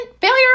Failure